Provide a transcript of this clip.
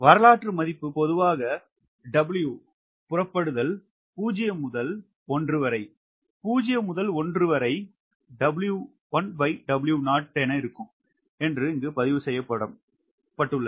வரலாற்று மதிப்பு பொதுவாக W புறப்படுதல் 0 முதல் 1 0 முதல் 1 𝑊1W0 இருக்கும் என்று பதிவு செய்யப்பட்டுள்ளது